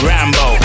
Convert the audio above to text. Rambo